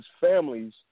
families